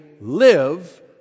live